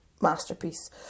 masterpiece